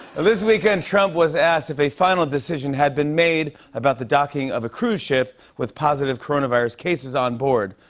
this weekend, trump was asked if a final decision had been made about the docking of a cruise ship with positive coronavirus cases on board.